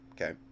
okay